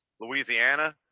Louisiana